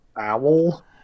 OWL